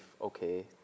okay